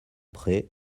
prés